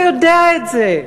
אתה יודע את זה.